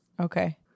Okay